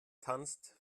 tanzt